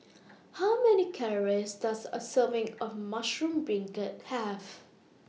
How Many Calories Does A Serving of Mushroom Beancurd Have